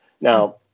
now